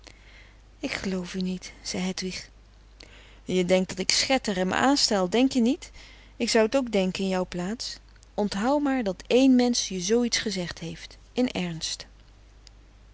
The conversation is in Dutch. ik geloof u niet zei hedwig je denkt dat ik schetter en me anstel denk je niet ik zou t ook denke in jouw plaats onthou maar dat één mensch je zooiets gezegd heeft in ernst